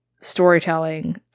storytelling